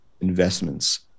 investments